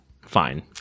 fine